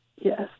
Yes